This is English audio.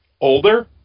older